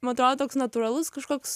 man atrodo toks natūralus kažkoks